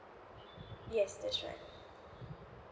yes that's right